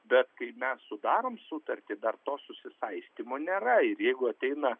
bet kai mes sudarom sutartį dar to susisaistymo nėra ir jeigu ateina